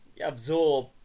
absorb